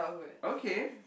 okay